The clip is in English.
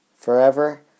forever